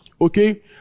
okay